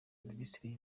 minisiteri